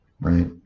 right